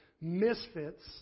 misfits